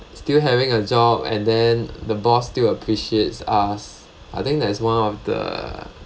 still having a job and then the boss still appreciates us I think that is one of the